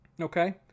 okay